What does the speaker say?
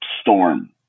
storm